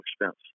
expense